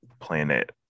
planet